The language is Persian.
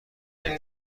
نیمه